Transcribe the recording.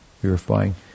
purifying